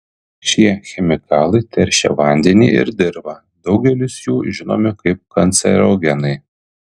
šie chemikalai teršia vandenį ir dirvą daugelis jų žinomi kaip kancerogenai